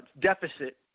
deficit